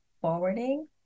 forwarding